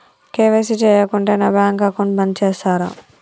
KYC చేయకుంటే నా bank account బంద్ చేస్తరా?